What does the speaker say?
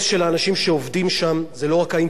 זה לא רק האינטרס של אנשים שמסתכלים בזה.